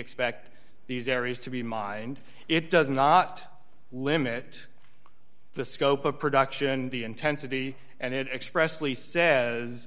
expect these areas to be mined it does not limit the scope of production the intensity and it expressly says